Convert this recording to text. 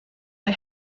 der